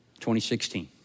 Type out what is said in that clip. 2016